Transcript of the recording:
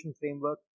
framework